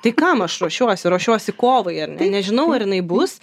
tai kam aš ruošiuosi ruošiuosi kovai ar ne nežinau ar jinai bus